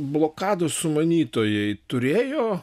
blokados sumanytojai turėjo